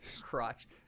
crotch